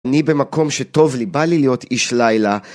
אני במקום שטוב לי, בא לי להיות איש לילה.